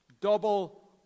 double